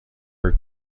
her